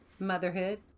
Motherhood